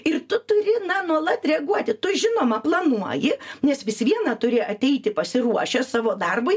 ir tu turi na nuolat reaguoti tu žinoma planuoji nes vis viena turi ateiti pasiruošęs savo darbui